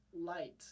light